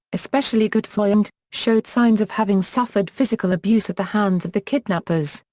especially gutfreund, showed signs of having suffered physical abuse at the hands of the kidnappers,